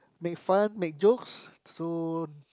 make fun make jokes so